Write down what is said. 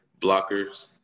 blockers